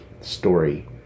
story